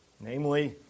namely